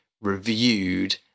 reviewed